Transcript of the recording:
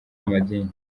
b’amadini